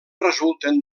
resulten